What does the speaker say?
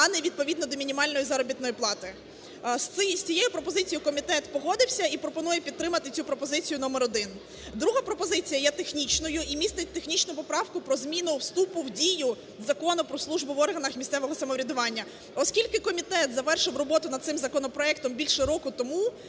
а не відповідно до мінімальної заробітної плати. З цією пропозицією комітет погодився і пропонує підтримати цю пропозицію номер один. Друга пропозиція є технічною і містить технічну поправку про зміну вступу в дію Закону "Про службу в органах місцевого самоврядування". Оскільки комітет завершив роботу над цим законопроектом більше року тому,